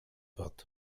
wird